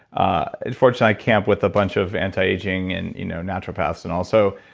unfortunately, i camp with a bunch of anti-aging and you know naturopaths and all. so